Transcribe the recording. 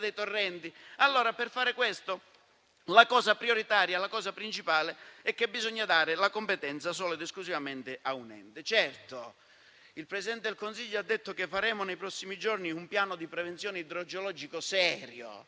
dei torrenti. Per fare questo la cosa principale è che bisogna assegnare la competenza solo ed esclusivamente a un ente. Certo, il Presidente del Consiglio ha detto che nei prossimi giorni faremo un piano di prevenzione idrogeologica serio,